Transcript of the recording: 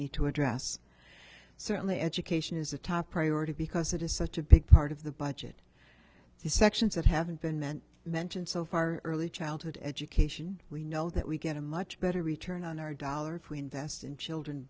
need to address certainly education is a top priority because it is such a big part of the but the sections that haven't been then mentioned so far early childhood education we know that we get a much better return on our dollars we invest in children